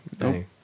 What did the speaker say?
No